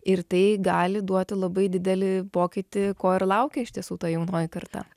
ir tai gali duoti labai didelį pokytį ko ir laukia iš tiesų ta jaunoji karta